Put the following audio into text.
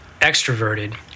extroverted—